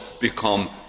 become